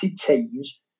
teams